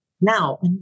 now